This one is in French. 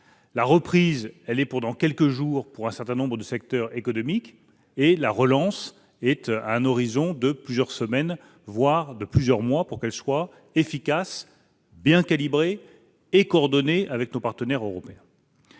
la reprise aura lieu dans quelques jours pour un certain nombre de secteurs économiques ; et la relance est située à un horizon de plusieurs semaines, voire de plusieurs mois, pour être efficace, bien calibrée et coordonnée avec nos partenaires européens.